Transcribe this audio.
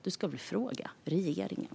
Du ska väl fråga regeringen.